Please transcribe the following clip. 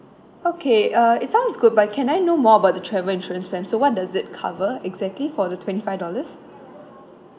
okay uh it sounds good but can I know more about the travel insurance plan so what does it cover exactly for the twenty five dollars